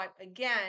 again